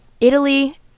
Italy